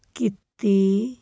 ਕੀਤੀ